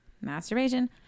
masturbation